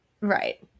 right